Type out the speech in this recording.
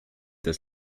das